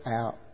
out